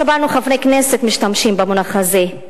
שמענו חברי כנסת משתמשים במונח הזה.